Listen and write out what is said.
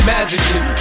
Magically